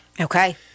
Okay